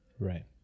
Right